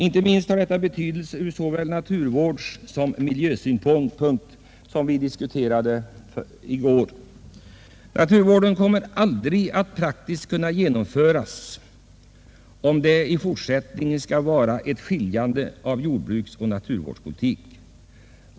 Inte minst har detta betydelse ur naturvårdsoch miljösynpunkter, som diskuterades i går. Naturvården kommer aldrig att kunna genomföras praktiskt, om man i fortsättningen skall skilja mellan jordbruksoch naturvårdspolitik.